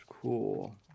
cool